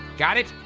got it?